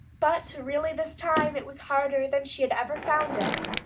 but really this time it was harder than she had ever found it,